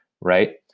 right